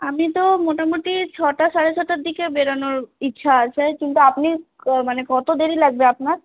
আমি তো মোটামোটি ছটা সাড়ে ছটার দিকে বেরোনোর ইচ্ছা আছে কিন্তু আপনি মানে কতো দেরি লাগবে আপনার